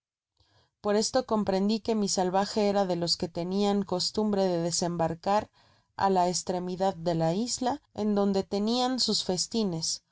por esto comprendi que mi salvaje era de los que tenian costumbre de desembarcar á la estremidad de la isla en donde tenian sus festines